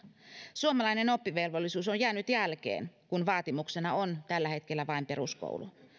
suomalainen oppivelvollisuus on jäänyt jälkeen kun vaatimuksena on tällä hetkellä vain peruskoulu